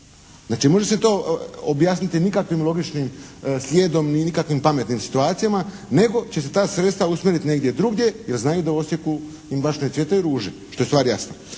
Znači ne može se to objasniti nikakvim logičnim slijedom ni nikakvim pametnim situacijama nego će se ta sredstva uskladiti negdje drugdje jer znaju da u Osijeku im baš ne cvjetaju ruže. Što je stvar jasna.